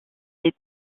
les